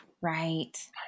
Right